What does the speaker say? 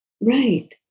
Right